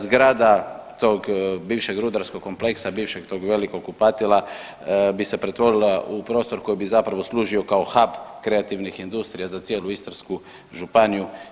Zgrada tog bivšeg rudarskog kompleksa, bivšeg tog velikog kupatila bi se pretvorila u prostor koji bi zapravo služio kao hap kreativnih industrija za cijelu Istarsku županiju.